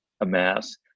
amass